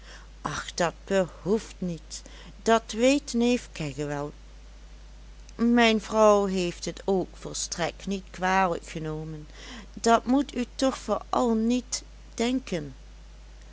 och dat behoeft niet dat weet neef kegge wel mijn vrouw heeft het ook volstrekt niet kwalijk genomen dat moet u toch vooral niet denken